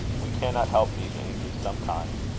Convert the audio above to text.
we cannot help being angry sometimes.